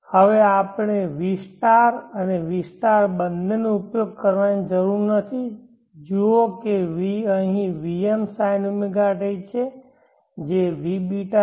હવે આપણે v અને v બંનેનો ઉપયોગ કરવાની જરૂર નથી જુઓ કે v અહીં vm sinωt છે જેvβ છે